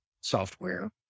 software